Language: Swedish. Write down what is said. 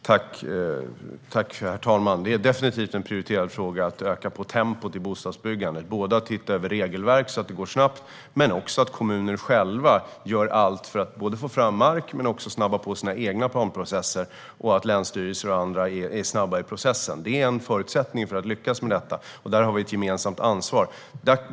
Herr talman! Det är definitivt en prioriterad fråga att öka tempot i bostadsbyggandet. Det handlar om att titta över regelverk så att det går snabbt, men det handlar också om att kommuner själva gör allt för att få fram mark och snabba på sina egna planprocesser. Det gäller även att länsstyrelser och andra är snabba i processen. Det är en förutsättning för att lyckas med detta, och där har vi ett gemensamt ansvar.